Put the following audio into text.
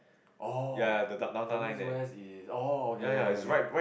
oh tell me where is oh okay okay okay